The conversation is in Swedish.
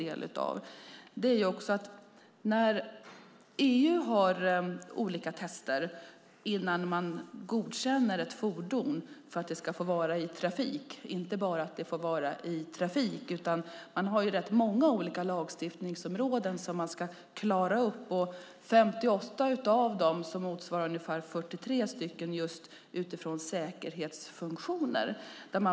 EU har olika tester för godkännande av ett fordon för att det ska få vara i trafik, och man har rätt många lagstiftningsområden som man ska klara upp, 58, varav ungefär 43 har att göra med säkerhetsfunktioner.